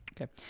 Okay